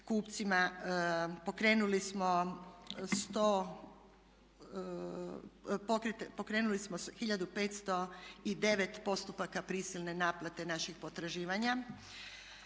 kupcima, pokrenuli smo 1509 postupaka prisilne naplate naših potraživanja.